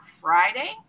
Friday